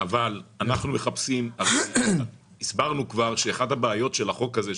אבל הסברנו כבר שאחת הבעיות של החוק הזה,